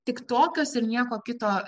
tik tokios ir nieko kito